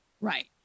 Right